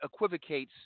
equivocates